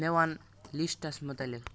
مےٚ ون لسٹس مُتعلق